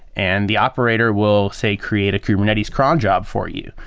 and the operator will say create a kubernetes cron job for you.